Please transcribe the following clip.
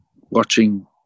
Watching